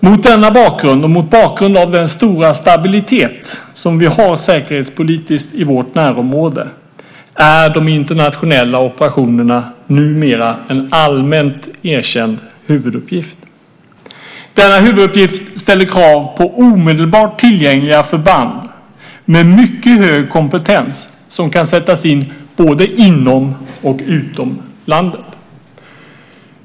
Mot denna bakgrund och mot bakgrund av den stora stabilitet som vi har säkerhetspolitiskt i vårt närområde är de internationella operationerna numera en allmänt erkänd huvuduppgift. Denna huvuduppgift ställer krav på omedelbart tillgängliga förband med mycket hög kompetens som kan sättas in både inom och utom landet.